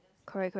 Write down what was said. correct correct